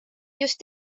just